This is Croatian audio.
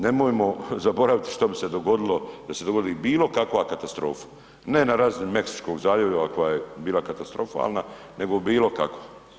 Nemojmo zaboraviti što bi se dogodilo da se dogodi bilo kakva katastrofa, ne na razini Meksičkog zaljeva koja je bila katastrofalna nego bilo kako.